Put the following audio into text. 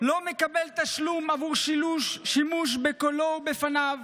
לא מקבל תשלום עבור שימוש בקולו ובפניו